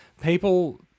People